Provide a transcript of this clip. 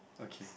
okay